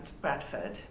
Bradford